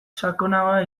sakonagoa